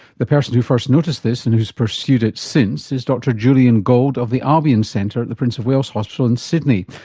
the person who first noticed this and who's pursued it since is dr julian gold of the albion centre at the prince of wales hospital in sydney.